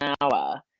hour